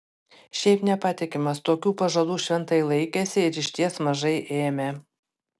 šiaip nepatikimas tokių pažadų šventai laikėsi ir išties mažai ėmė